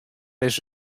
ris